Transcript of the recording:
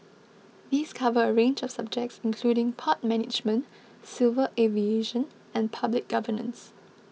these cover a range of subjects including port management civil aviation and public governance